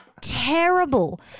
terrible